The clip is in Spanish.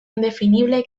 indefinible